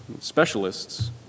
specialists